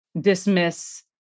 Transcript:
dismiss